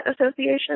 association